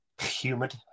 Humid